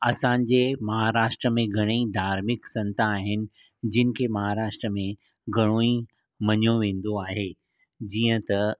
असांजे महाराष्ट्रा में घणाई धार्मिक संत आहिनि जिनि खे महाराष्ट्रा में घणो ई मञियो वेंदो आहे जिअं त